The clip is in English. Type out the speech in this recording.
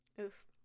Oof